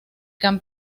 club